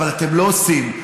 אבל אתם לא עושים.